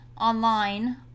online